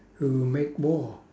who make war